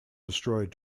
destroyed